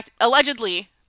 Allegedly